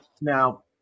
now